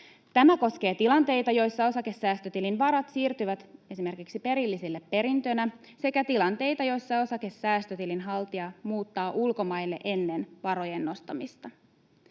Tämä koskee tilanteita, joissa osakesäästötilin varat siirtyvät esimerkiksi perillisille perintönä, sekä tilanteita, joissa osakesäästötilin haltija muuttaa ulkomaille ennen varojen nostamista.